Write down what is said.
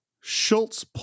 Schultz